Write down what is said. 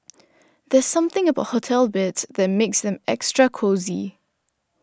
there's something about hotel beds that makes them extra cosy